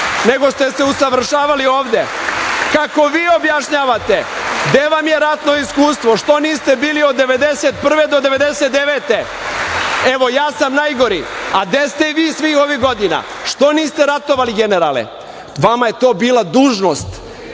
nego ste se usavršavali ovde? Kako vi objašnjavate? Gde vam je ratno iskustvo? Što niste bili od 1991. do 1999. godine? Evo, ja sam najgori, a gde ste vi svih ovih godina? Što niste ratovali, generale? Vama je to bila dužnost.